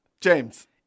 James